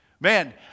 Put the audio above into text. Man